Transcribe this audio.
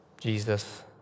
Jesus